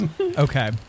Okay